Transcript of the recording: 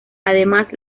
además